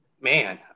Man